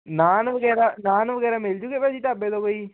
ਨਾਨ ਵਗੈਰਾ ਨਾਨ ਵਗੈਰਾ ਮਿਲ ਜੂਗੇ ਭਾਅ ਜੀ ਢਾਬੇ ਤੋਂ ਕੋਈ